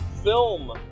film